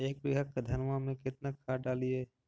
एक बीघा धन्मा में केतना खाद डालिए?